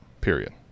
period